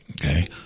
Okay